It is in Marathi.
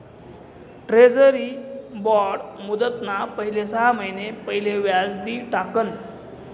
ट्रेजरी बॉड मुदतना पहिले सहा महिना पहिले व्याज दि टाकण